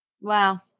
Wow